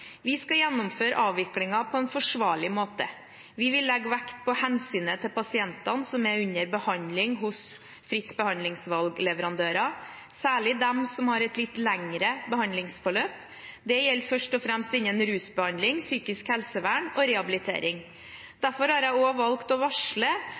Vi skal gjennomføre avviklingen på en forsvarlig måte. Vi vil legge vekt på hensynet til pasientene som er under behandling hos fritt behandlingsvalg-leverandører, særlig dem som har et litt lengre behandlingsforløp. Det gjelder først og fremst innen rusbehandling, psykisk helsevern og rehabilitering.